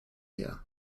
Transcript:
her